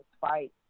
fight